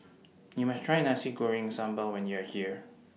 YOU must Try Nasi Goreng Sambal when YOU Are here